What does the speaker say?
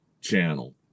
channel